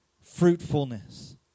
fruitfulness